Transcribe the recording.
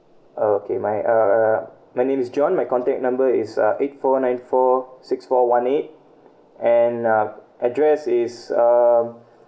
okay my uh uh my name is john my contact number is uh eight four nine four six four one eight and uh address is um